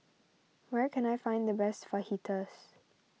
where can I find the best Fajitas